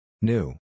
New